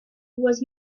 was